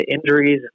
injuries